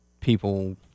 people